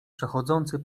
przechodzący